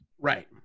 right